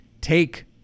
take